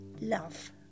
love